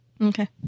Okay